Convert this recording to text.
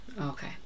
Okay